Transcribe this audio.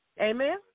Amen